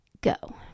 go